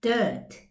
Dirt